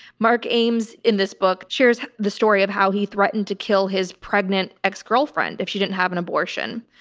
mark ames in this book shares the story of how he threatened to kill his pregnant ex girlfriend if she didn't have an abortion,